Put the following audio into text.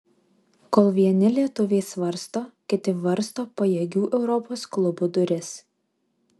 kol vieni lietuviai svarsto kiti varsto pajėgių europos klubų duris